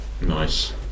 Nice